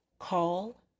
call